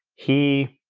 he